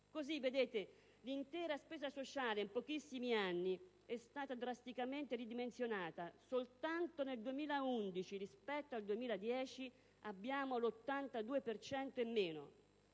questo modo l'intera spesa sociale in pochissimi anni è stata drasticamente ridimensionata. Soltanto nel 2011, rispetto al 2010, si determina